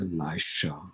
Elisha